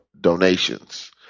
donations